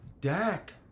Dak